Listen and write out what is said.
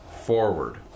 forward